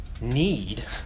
need